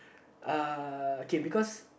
uh okay because